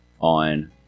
on